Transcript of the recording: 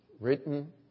written